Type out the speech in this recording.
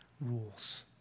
rules